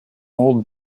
old